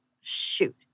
Shoot